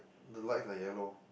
the lights are yellow